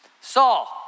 Saul